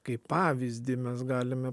kaip pavyzdį mes galime